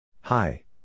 Hi